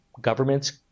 governments